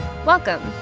Welcome